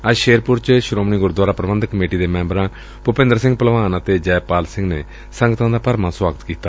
ਅੱਜ ਸ਼ੇਰਪੁਰ ਚ ਸ੍ਰੋਮਣੀ ਗੁਰਦੁਆਰਾ ਪ੍ਰਬੰਧਕ ਕਮੇਟੀ ਮੈਬਰਾਂ ਭੂਪਿੰਦਰ ਸਿੰਘ ਭਲਵਾਨ ਅਤੇ ਜੈਪਾਲ ਸਿੰਘ ਨੇ ਸੰਗਤਾਂ ਦਾ ਭਰਵਾਂ ਸੁਆਗਤ ਕੀਤਾ